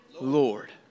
Lord